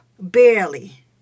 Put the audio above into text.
Barely